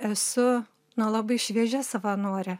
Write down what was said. esu na labai šviežia savanorė